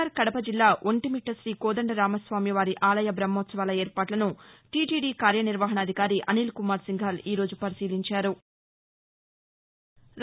are Kadapa జిల్లా ఒంటిమిట్ట కీ కోదండరామస్వామివారి ఆలయ బహ్మోత్సవాల ఏర్పాట్లను టిటిది కార్యనిర్వహణాధికారి అనిల్కుమార్ సింఘాల్ ఈ రోజు పరిశీలించారు